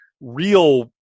real